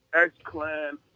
X-Clan